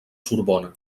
sorbona